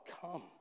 Come